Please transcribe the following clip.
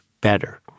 better